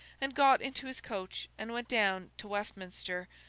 and got into his coach and went down to westminster,